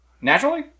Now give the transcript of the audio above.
Naturally